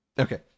Okay